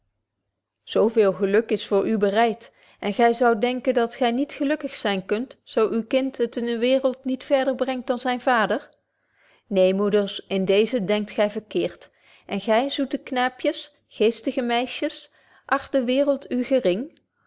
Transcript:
zo veel geluk is voor u bereidt en gy zoudt denken dat gy niet gelukkig zyn kunt zo uw kind het in de waereld niet verder brengt dan zyn vader neen moeders in deezen denkt gy verkeerd en gy zoete knaapjes geestige meisjes acht de waereld u gering